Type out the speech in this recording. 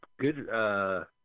good